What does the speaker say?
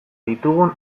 ditugun